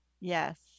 yes